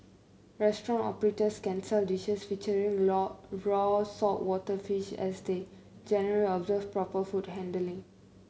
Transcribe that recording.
restaurant operators can sell dishes featuring raw raw saltwater fish as they generally observe proper food handling